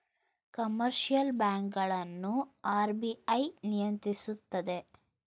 commercial bank ಗಳನ್ನು RBI ನಿಯಂತ್ರಿಸುತ್ತದೆ